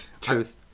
Truth